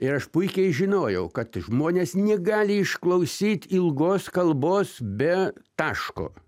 ir aš puikiai žinojau kad žmonės negali išklausyt ilgos kalbos be taško